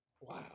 Wow